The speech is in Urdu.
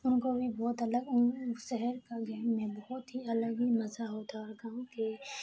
ان کو بھی بہت الگ ان شہر کا گیم میں بہت ہی الگ ہی مزہ ہوتا ہے اور گاؤں کے